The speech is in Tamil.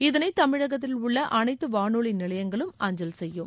இதனை தமிழகத்தில் உள்ள அனைத்து வானொலி நிலையங்களும் அஞ்சல் செய்யும்